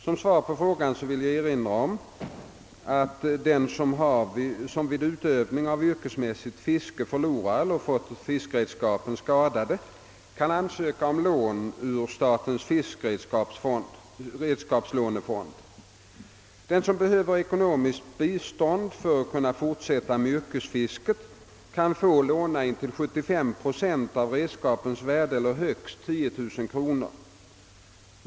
Som svar på frågan vill jag erinra om att den som vid utövning av yrkesmässigt fiske förlorat eller fått fiskredskap skadade kan ansöka om lån ur statens fiskredskapslånefond. Den som behöver ekonomiskt bistånd för att kunna fortsätta med yrkesfiske kan få låna intill 75 procent av redskapens värde eller högst 10 000 kronor.